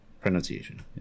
pronunciation